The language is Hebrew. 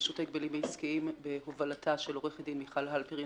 רשות ההגבלים העסקיים בהובלתה של עו"ד מיכל הלפרין,